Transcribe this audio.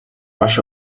маш